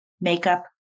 makeup